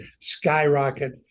skyrocket